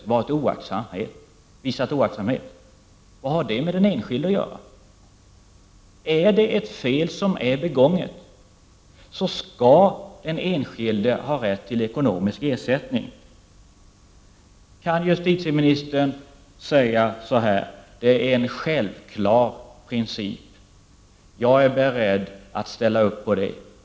Om ett fel har blivit begånget skall den enskilde ha rätt till ekonomisk ersättning även om någon tjänsteman inte varit vårdslös. Kan justitieministern säga att det är en självklar princip som hon är beredd att ställa sig bakom?